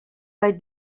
bei